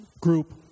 group